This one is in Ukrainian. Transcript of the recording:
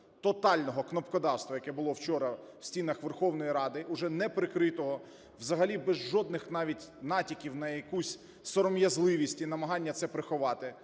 тотального кнопкодавства, яке було вчора в стінах Верховної Ради, уже не прикритого, взагалі без жодних навіть натяків на якусь сором'язливість і намагання це приховати.